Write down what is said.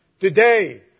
Today